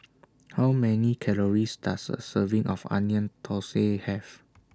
How Many Calories Does A Serving of Onion Thosai Have